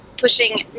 pushing